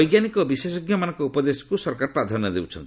ବୈଜ୍ଞାନିକ ଓ ବିଶେଷଜ୍ଞମାନଙ୍କ ଉପଦେଶକୁ ସରକାର ପ୍ରାଧାନ୍ୟ ଦେଉଛନ୍ତି